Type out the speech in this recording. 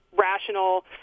rational